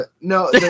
No